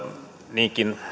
niinkin